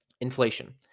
Inflation